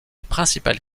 principale